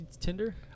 tinder